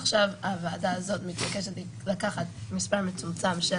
עכשיו הוועדה הזו מתבקשת לקחת מספר מצומצם של